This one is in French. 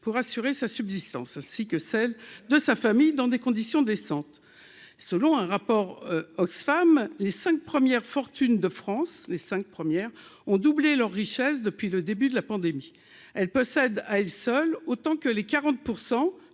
pour assurer sa subsistance, ainsi que celle de sa famille, dans des conditions décentes, selon un rapport, Oxfam, les 5 premières fortunes de France, les 5 premières ont doublé leur richesse depuis le début de la pandémie, elle possède à elle seule autant que les 40